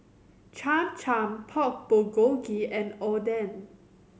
Cham Cham Pork Bulgogi and Oden